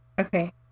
Okay